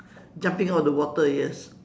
jumping out of the water yes